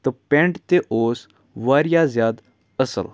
تہٕ پٮ۪نٛٹ تہِ اوس واریاہ زیادٕ اَصٕل